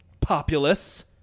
populace